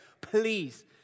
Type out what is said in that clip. Please